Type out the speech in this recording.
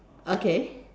okay